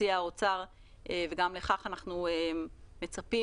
שהציע האוצר וגם לכך אנחנו מצפים.